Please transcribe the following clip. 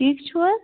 ٹھیٖک چھِو حظ